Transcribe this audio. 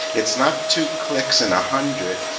it's not to clicks in a hundred.